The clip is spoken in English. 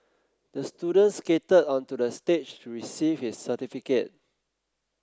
the student skated onto the stage to receive his certificate